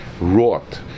wrought